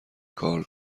کار